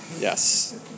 Yes